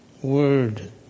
word